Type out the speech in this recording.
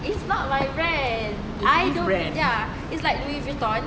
is not my brand I don't is like louis vuitton